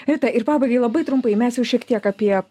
rita ir pabaigai labai trumpai mes jau šiek tiek apie